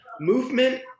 movement